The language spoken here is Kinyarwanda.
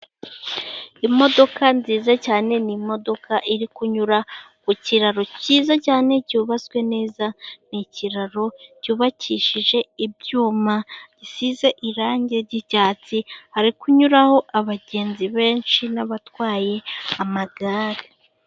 Imodoka nziza cyane ni imodoka iri kunyura ku kiraro cyiza cyane. Cyubatswe neza ni ikiraro cyubakishije ibyuma bisize irangi ry'icyatsi. Hari kunyuraho abagenzi benshi n'abatwaye amagare.